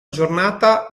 giornata